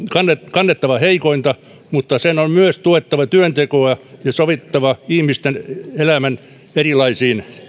kannettava heikointa mutta sen on myös tuettava työntekoa ja sovittava ihmisten elämän erilaisiin